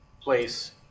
place